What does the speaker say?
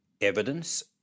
evidence